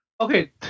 Okay